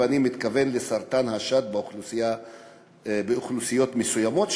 ואני מתכוון לסרטן השד באוכלוסיות מסוימות,